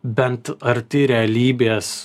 bent arti realybės